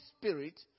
Spirit